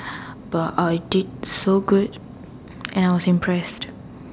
but I did so good and I was impressed